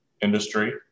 industry